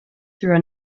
through